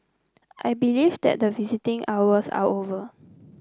I believe that the visitation hours are over